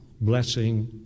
blessing